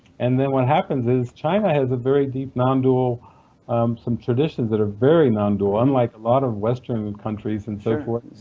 and then what happens is, china has a very deep nondual um tradition, traditions that are very nondual, unlike a lot of western countries and so forth,